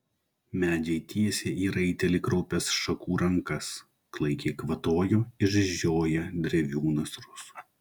medžiai tiesė į raitelį kraupias šakų rankas klaikiai kvatojo išžioję drevių nasrus